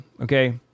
Okay